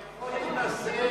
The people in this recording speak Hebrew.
הוא יכול להינשא,